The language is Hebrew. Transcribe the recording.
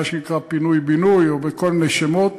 מה שנקרא פינוי-בינוי או בכל מיני שמות.